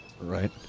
Right